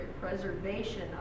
preservation